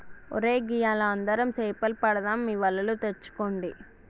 ఒరై గియ్యాల అందరం సేపలు పడదాం మీ వలలు తెచ్చుకోండి